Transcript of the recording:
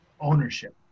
ownership